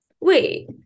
wait